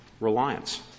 reliance